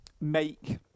make